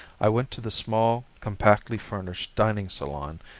i went to the small, compactly furnished dining salon,